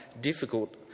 difficult